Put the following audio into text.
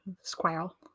squirrel